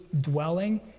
dwelling